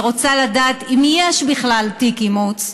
ורוצה לדעת אם יש בכלל תיק אימוץ,